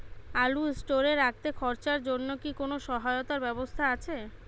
আলু স্টোরে রাখতে খরচার জন্যকি কোন সহায়তার ব্যবস্থা আছে?